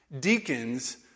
Deacons